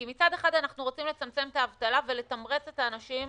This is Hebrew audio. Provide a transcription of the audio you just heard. כי מצד אחד אנחנו רוצים לצמצם את האבטלה ולתמרץ את העסקים